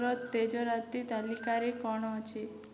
ମୋର ତେଜରାତି ତାଲିକାରେ କ'ଣ ଅଛି